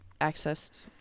accessed